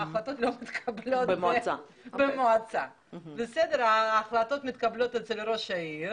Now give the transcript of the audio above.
ההחלטות לא מתקבלות במועצה אלא מתקבלות אצל ראש העיר